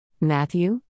Matthew